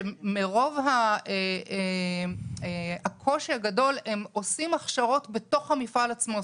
שמרוב הקושי הגדול הם עושים הכשרות בתוך המפעל עצמו.